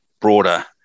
broader